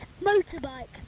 motorbike